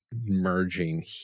merging